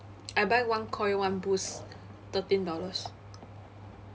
I buy one koi one boost thirteen dollars